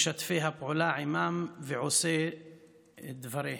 משתפי הפעולה עימם ועושי דבריהם